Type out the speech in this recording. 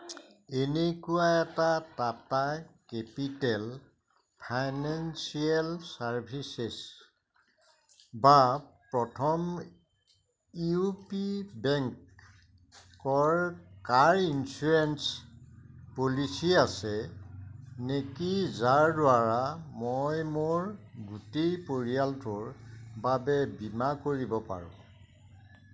এনেকুৱা এটা Tata capital financial services বা প্ৰথম ইউ পি বেংকৰ কাৰ ইঞ্চুৰেঞ্চ পলিচী আছে নেকি যাৰদ্বাৰা মই মোৰ গোটেই পৰিয়ালটোৰ বাবে বীমা কৰিব পাৰোঁ